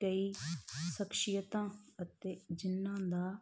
ਕਈ ਸ਼ਖਸੀਅਤਾਂ ਅਤੇ ਜਿਨ੍ਹਾਂ ਦਾ